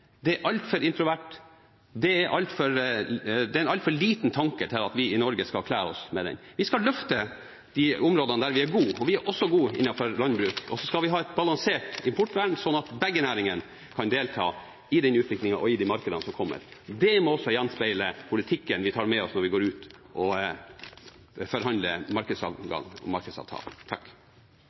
det er altfor introvert, og det er en altfor liten tanke til at vi i Norge skal kle oss med det. Vi skal løfte de områdene der vi er gode, og vi er også gode innenfor landbruk. Så skal vi ha et balansert importvern slik at begge næringene kan delta i utviklingen og i de markedene som kommer. Det må også gjenspeile politikken vi tar med oss når vi går ut og forhandler markedsadgang og